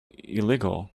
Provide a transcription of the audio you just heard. illegal